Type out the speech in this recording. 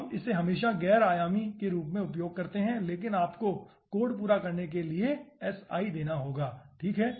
हम इसे हमेशा गैर आयामी के रूप में उपयोग करते हैं लेकिन आपको कोड पूरा करने के लिए si देना होगा ठीक है